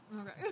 Okay